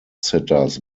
sitters